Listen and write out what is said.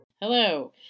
Hello